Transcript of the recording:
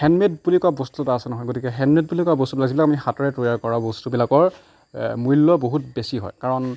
hand made বুলি কোৱা বস্তু এটা আছে নহয় গতিকে হেণ্ড মেড বুলি কোৱা বস্তুবোৰ যিবিলাক আমি হাতেৰে তৈয়াৰ কৰা বস্তুবিলাকৰ মূল্য বহুত বেছি হয় কাৰণ